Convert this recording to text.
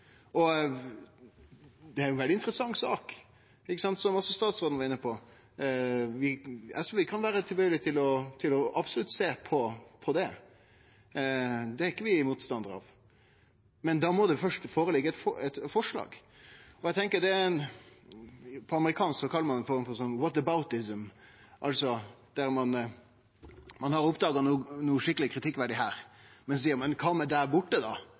Det er ei veldig interessant sak, som også statsråden var inne på. SV kan absolutt vere tilbøyeleg til å sjå på ho. Det er vi ikkje motstandarar av. Men da må det først liggje føre eit forslag. På amerikansk kallar ein dette «whataboutism» – ein har oppdaga noko skikkeleg kritikkverdig her, men så seier ein: Men kva med det der borte? Det er jo enda verre. No ligg det konkrete forslag på bordet. Dei er